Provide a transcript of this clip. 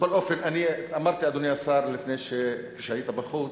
בכל אופן, אמרתי, אדוני השר, כשהיית בחוץ,